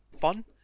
fun